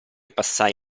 passai